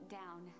down